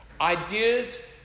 Ideas